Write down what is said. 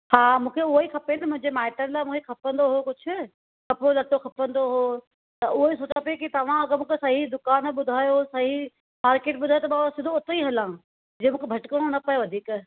हा मूंखे उहो ई खपे त मुंहिंजे माइटनि लाइ मूंखे खपंदो हुओ कुझु कपिड़ो लटो खपंदो हुओ त उहो ई सोचा पई तव्हां अगरि मूंखे सही दुकान ॿुधायो सही मार्केट ॿुधायो त मां सिधो उते ई हलां जीअं मूंखे भटकणो न पए वधीक